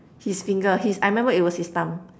his finger his I remember it was his thumb